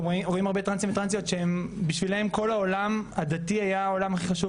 אנחנו רואים הרבה טרנסים וטרנסיות שבשבילם כל העולם הדתי היה הכי חשוב